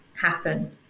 happen